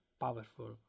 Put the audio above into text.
powerful